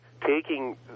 taking